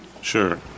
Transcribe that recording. Sure